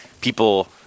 people